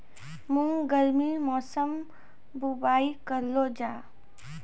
मूंग गर्मी मौसम बुवाई करलो जा?